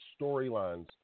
storylines